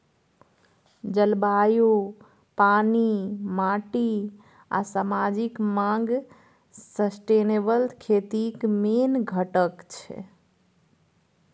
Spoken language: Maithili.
जलबायु, पानि, माटि आ समाजिक माँग सस्टेनेबल खेतीक मेन घटक छै